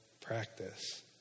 practice